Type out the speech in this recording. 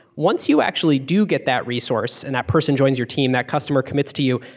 once you actually do get that resource, and that person joins your team, that customer commits to you,